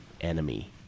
enemy